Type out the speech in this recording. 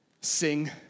Sing